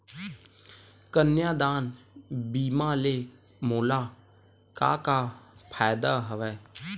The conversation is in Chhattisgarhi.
कन्यादान बीमा ले मोला का का फ़ायदा हवय?